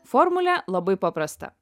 formulė labai paprasta